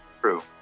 true